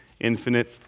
infinite